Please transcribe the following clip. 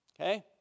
Okay